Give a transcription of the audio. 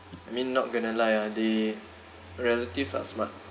I mean not going to lie ah they relatives are smart